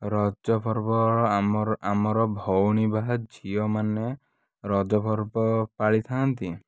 ରଜ ପର୍ବ ଆମର ଆମର ଭଉଣୀ ବା ଝିଅମାନେ ରଜ ପର୍ବ ପାଳିଥାନ୍ତି